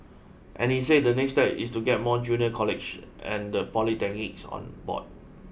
and he says the next step is to get more junior colleges and the polytechnics on board